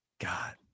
God